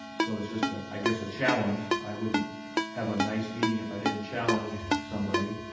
so it's just, ah i guess, a challenge. i wouldn't have a nice meeting if i didn't challenge somebody,